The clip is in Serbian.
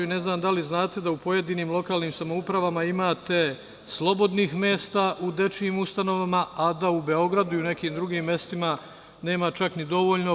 Ne znam da li znate da u pojedinim lokalnim samoupravama imate slobodnih mesta u dečijim ustanovama, a da u Beogradu i u nekim drugim mestima nema čak ni dovoljno.